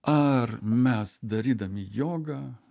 ar mes darydami jogą